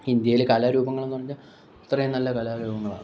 ഇന്ത്യയില് കലാരൂപങ്ങളെന്ന് പറഞ്ഞാല് ഇത്രയും നല്ല കലാ രൂപങ്ങളാണ്